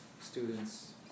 students